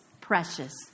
precious